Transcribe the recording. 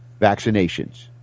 vaccinations